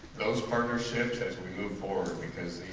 those partnerships as we move forward because